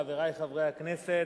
חברי חברי הכנסת,